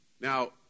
Now